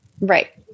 Right